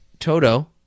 Toto